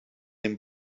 den